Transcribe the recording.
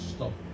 Stop